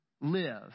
live